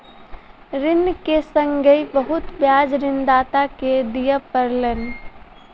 ऋण के संगै बहुत ब्याज ऋणदाता के दिअ पड़लैन